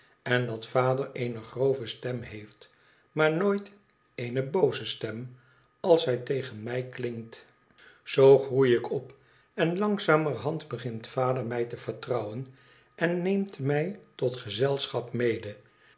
en dat vadereene grove stem heeft maar nooit eene booze stem als zij tegen mij klinkt zoo groei ik op en langzamerhand bent vader mij te vertrouwen en neemt mij tot gezelschap mede